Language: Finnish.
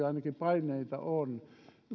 ainakin paineita on